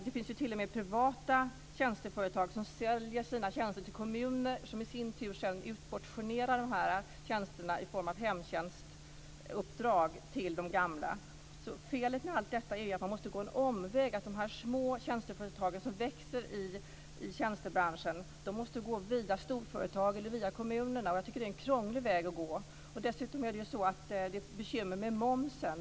Det finns t.o.m. privata tjänsteföretag som säljer sina tjänster till kommuner som i sin tur utportionerar dem i form av hemtjänstuppdrag till de gamla. Felet är att man måste gå en omväg. De små tjänsteförtagen som växer i tjänstesektorn måste gå via storföretag eller via kommunerna, och det är en krånglig väg att gå. Det finns dessutom bekymmer med momsen.